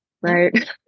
Right